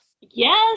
Yes